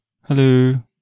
Hello